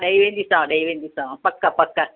ॾेई वेंदीसांव ॾेई वेंदीसांव पक पक